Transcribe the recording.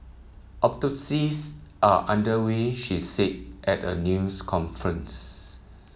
autopsies are under way she said at a news conference